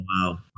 Wow